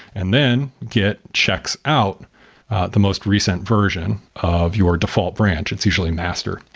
and then git checks out the most recent version of your default branch. it's usually master.